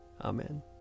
Amen